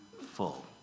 full